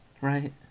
right